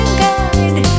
guide